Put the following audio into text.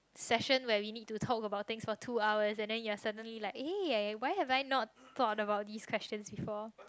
session where we need to talk about things for two hours and then you're suddenly like eh why have I not thought about this question before